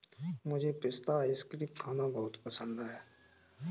मुझे पिस्ता आइसक्रीम खाना बहुत पसंद है